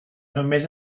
només